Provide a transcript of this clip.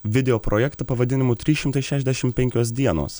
video projektą pavadinimu trys šimtai šešiasdešim penkios dienos